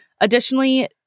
Additionally